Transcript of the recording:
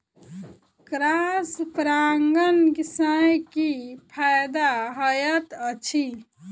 Cross परागण सँ की फायदा हएत अछि?